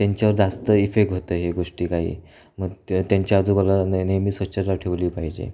त्यांच्यावर जास्त इफेक होतं आहे हे गोष्टी काही मग त्यांच्या आजूबाजूला नेहमी स्वच्छता ठेवली पाहिजे